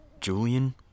Julian